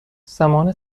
زمان